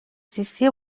زیستی